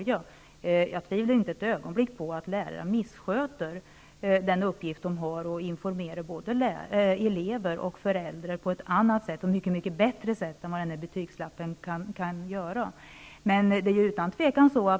Jag tvivlar inte ett ögonblick på att lärarna sköter den uppgift de har att informera både elever och föräldrar på ett annat och mycket bättre sätt än vad betygslappen kan göra.